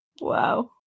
Wow